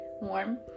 warm